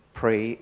pray